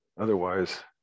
Otherwise